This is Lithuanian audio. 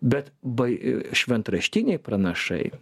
bet bai šventraštiniai pranašai